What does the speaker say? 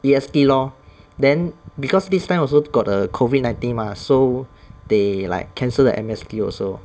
E_S_T lor then because this time also got the COVID nineteen mah so they like cancel the M_S_T also